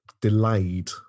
delayed